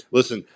Listen